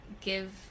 give